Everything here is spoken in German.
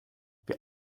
wir